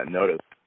noticed